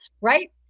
right